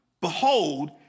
behold